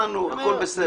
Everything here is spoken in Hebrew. הבנו, הכול בסדר.